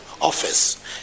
office